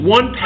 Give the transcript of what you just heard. One